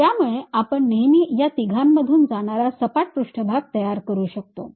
त्यामुळे आपण नेहमी या तिघांमधून जाणारा सपाट पृष्ठभाग तयार करू शकतो